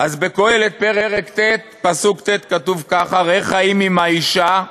אז בקהלת פרק ט' פסוק ט' כתוב ככה: "ראה חיים עם אשה"